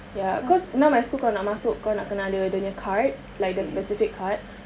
ya cause now my school kalau kau nak masuk kau nak kena ada dia punya card like the specific card